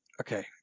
okay